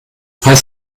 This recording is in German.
falls